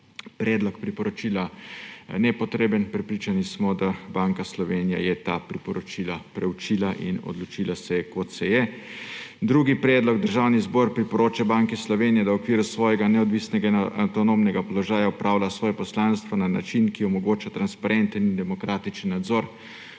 predlog priporočila nepotreben. Prepričani smo, da Banka Slovenije je ta priporočila proučila in odločila se je, kot se je. Drugi predlog – Državni zbor priporoča Banki Slovenije, da v okviru svojega neodvisnega avtonomnega položaja opravlja svoje poslanstvo na način, ki omogoča transparenten in demokratični nadzor.